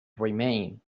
remain